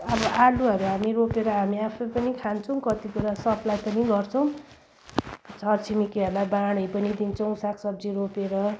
अनि आलुहरू हामी रोपेर हामी आफै पनि खान्छौँ कति कुरा सप्लाई पनि गर्छौँ छर छिमेकीहरूलाई बाँडी पनि दिन्छौँ सागसब्जी रोपेर